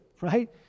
right